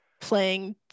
playing